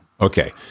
okay